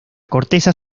corteza